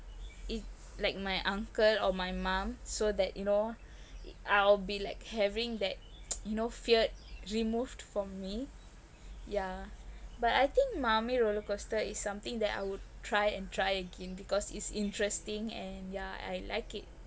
it's like my uncle or my mom so that you know I'll be like having that you know fear removed from me ya but I think mummy roller coaster is something that I would try and try again because it's interesting and yeah I like it